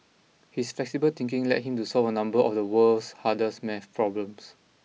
his flexible thinking led him to solve a number of the world's hardest math problems